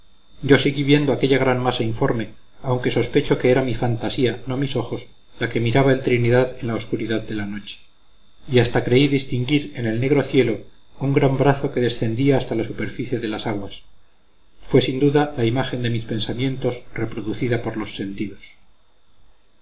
yo seguí viendo aquella gran masa informe aunque sospecho que era mi fantasía no mis ojos la que miraba el trinidad en la obscuridad de la noche y hasta creí distinguir en el negro cielo un gran brazo que descendía hasta la superficie de las aguas fue sin duda la imagen de mis pensamientos reproducida por los sentidos